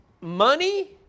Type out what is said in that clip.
money